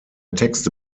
texte